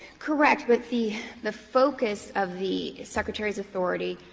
correct. but the the focus of the secretary's authority,